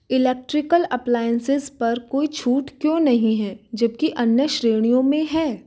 electrical appliances पर कोई छूट क्यों नहीं है जबकि अन्य श्रेणियों में है